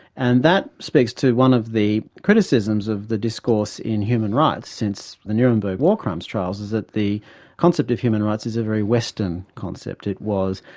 and that speaks to one of the criticisms of the discourse in human rights since the nuremberg war crimes trials, is that the concept of human rights is a very western concept. it was,